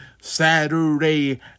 Saturday